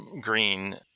Green